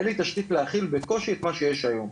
בקושי יש לי תשתית להכיל את מה שיש היום.